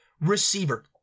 receiver